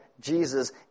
Jesus